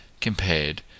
compared